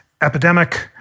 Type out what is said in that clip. epidemic